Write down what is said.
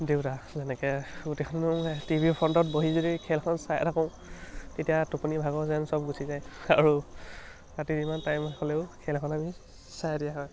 দেউতা যেনেকৈ গোটেইখন টিভি ৰ ফ্ৰণ্টত বহি যদি খেলখন চাই থাকো তেতিয়া টোপনি ভাগৰ যেন চব গুচি যায় আৰু ৰাতি যিমান টাইম হ'লেও খেলখন আমি চাই দিয়া হয়